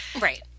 Right